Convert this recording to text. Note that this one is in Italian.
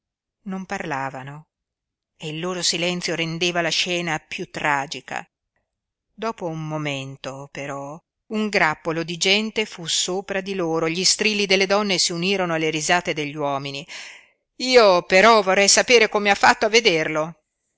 non parlavano e il loro silenzio rendeva la scena piú tragica dopo un momento però un grappolo di gente fu sopra di loro e gli strilli delle donne s'unirono alle risate degli uomini io però vorrei sapere come ha fatto a vederlo